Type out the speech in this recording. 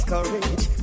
Courage